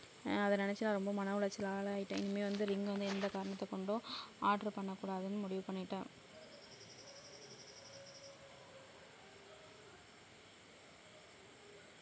அதை நினச்சி நான் ரொம்ப மன உளைச்சல் ஆளாகிட்டேன் இனிமேல் வந்து ரிங் வந்து எந்த காரணத்தை கொண்டும் ஆர்டரு பண்ண கூடாதுன்னு முடிவு பண்ணிட்டேன்